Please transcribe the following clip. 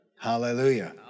Hallelujah